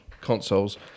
consoles